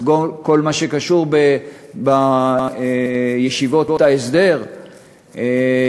אז כל מה שקשור בישיבות ההסדר ישונה,